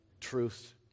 truth